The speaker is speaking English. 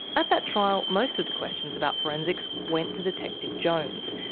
at that trial most of the questions about forensics went to detective jones.